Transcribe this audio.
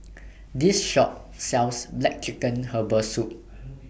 This Shop sells Black Chicken Herbal Soup